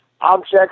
objects